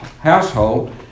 household